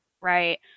Right